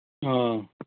ꯑꯥ